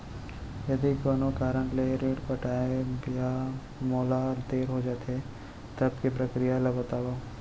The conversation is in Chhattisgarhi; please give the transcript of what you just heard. यदि कोनो कारन ले ऋण पटाय मा मोला देर हो जाथे, तब के प्रक्रिया ला बतावव